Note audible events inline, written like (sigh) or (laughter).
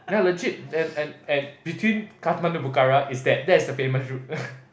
ya legit and and and between Kathmandu Pokhara is that that is the famous route (laughs)